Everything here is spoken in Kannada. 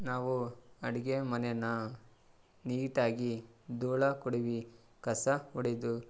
ನಾವು ಅಡಿಗೆ ಮನೆಯನ್ನ ನೀಟಾಗಿ ಧೂಳು ಕೊಡವಿ ಕಸ ಹೊಡೆದು